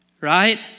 Right